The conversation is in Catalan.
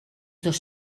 dos